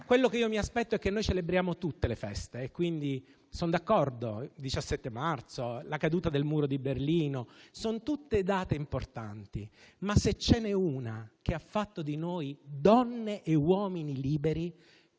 Io mi aspetto che celebriamo tutte le feste e quindi sono d'accordo sul 17 marzo come sulla data della caduta del Muro di Berlino: sono tutte date importanti, ma se ce n'è una che ha fatto di noi donne e uomini liberi,